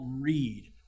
read